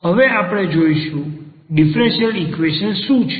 હવે આપણે જોઇશું ડીફરન્સીયલ ઈક્વેશન શું છે